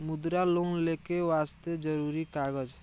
मुद्रा लोन लेके वास्ते जरुरी कागज?